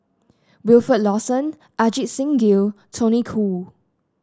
Wilfed Lawson Ajit Singh Gill Tony Khoo